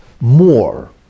more